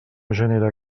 genera